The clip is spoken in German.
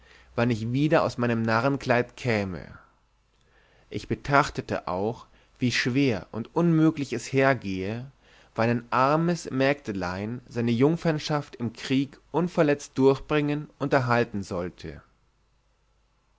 wann ich wieder aus meinem narrnkleid käme ich betrachtete auch wie schwer und unmöglich es hergehe wann ein armes mägdlein seine jungferschaft im krieg unverletzt durchbringen und erhalten sollte